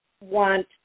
want